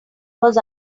was